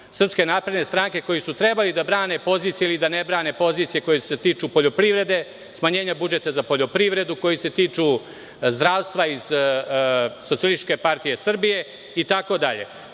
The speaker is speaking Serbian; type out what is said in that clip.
Srpske napredne stranke, koji su trebali da brane pozicije ili da ne brane pozicije koje se tiču poljoprivrede, smanjenja budžeta za poljoprivredu, koji se tiču zdravstva iz Socijalističke partije Srbije,